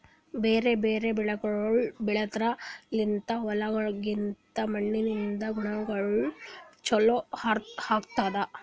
ಬ್ಯಾರೆ ಬ್ಯಾರೆ ಬೆಳಿಗೊಳ್ ಬೆಳೆದ್ರ ಲಿಂತ್ ಹೊಲ್ದಾಗಿಂದ್ ಮಣ್ಣಿನಿಂದ ಗುಣಗೊಳ್ ಚೊಲೋ ಆತ್ತುದ್